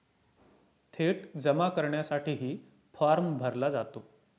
थेट जमा करण्यासाठीही फॉर्म भरला जातो